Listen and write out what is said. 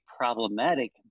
problematic